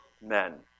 men